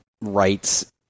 rights